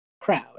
crowd